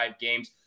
games